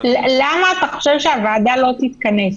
למישהו מכם חשוב שיהיה מליאה גם כן?